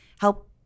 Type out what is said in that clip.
help